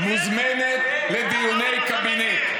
מוזמנת לדיוני קבינט.